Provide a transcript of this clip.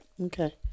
Okay